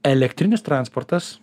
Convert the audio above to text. elektrinis transportas